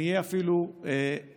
ואני אהיה אפילו לארג':